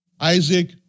Isaac